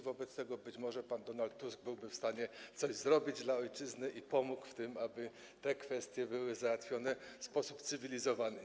Wobec tego być może pan Donald Tusk byłby w stanie coś zrobić dla ojczyzny i pomógłby w tym, aby te kwestie były załatwione w sposób cywilizowany.